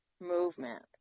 movement